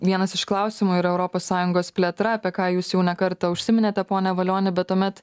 vienas iš klausimų yra europos sąjungos plėtra apie ką jūs jau ne kartą užsiminėte pone valioni bet tuomet